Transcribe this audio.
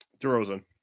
DeRozan